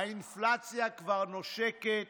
האינפלציה כבר נושקת